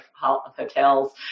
hotels